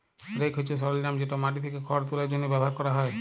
rake হছে সরলজাম যেট মাটি থ্যাকে খড় তুলার জ্যনহে ব্যাভার ক্যরা হ্যয়